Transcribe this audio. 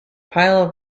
pile